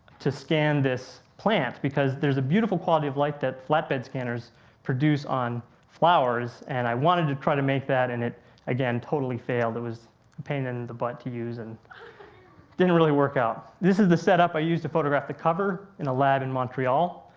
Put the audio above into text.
to scan this plant because there's a beautiful quality of light that flatbed scanners produce on flowers and i wanted to try to make that and it again totally failed. it was pain in the butt to use, it and didn't really workout. this is the setup i used to photograph the cover in a lab in montreal.